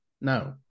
No